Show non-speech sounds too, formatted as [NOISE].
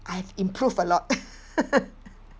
I have improved a lot [LAUGHS]